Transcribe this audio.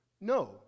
No